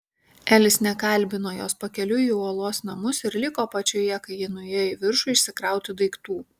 elis nekalbino jos pakeliui į uolos namus ir liko apačioje kai ji nuėjo į viršų išsikrauti daiktų